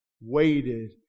Waited